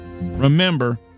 Remember